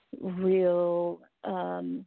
real